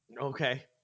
Okay